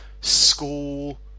school